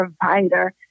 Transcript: provider